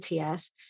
ATS